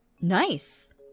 Nice